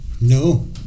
No